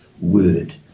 word